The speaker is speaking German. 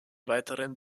weiteren